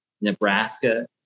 Nebraska